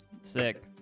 Sick